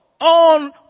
on